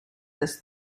this